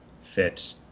fit